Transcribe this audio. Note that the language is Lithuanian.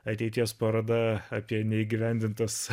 ateities paroda apie neįgyvendintas